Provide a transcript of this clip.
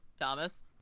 Thomas